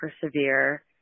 persevere